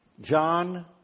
John